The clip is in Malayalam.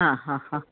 ആ ഹാ ഹാ